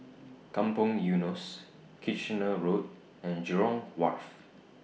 Kampong Eunos Kitchener Road and Jurong Wharf